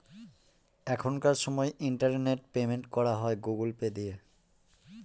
এখনকার সময় internet payment করা হয় গুগুল পে দিয়ে